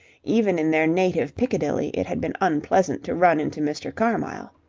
even in their native piccadilly it had been unpleasant to run into mr. carmyle.